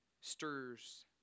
stirs